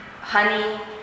honey